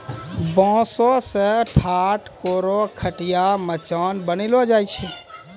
बांस सें ठाट, कोरो, खटिया, मचान बनैलो जाय छै